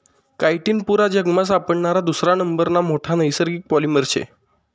chitin पुरा जगमा सापडणारा दुसरा नंबरना मोठा नैसर्गिक पॉलिमर शे